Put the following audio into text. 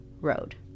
road